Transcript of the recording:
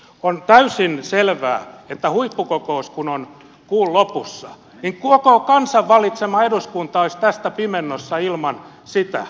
on täysin selvää että kun huippukokous on kuun lopussa niin koko kansan valitsema eduskunta olisi tästä pimennossa ilman sitä